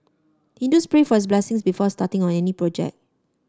Hindus pray for his blessing before starting on any project